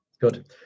Good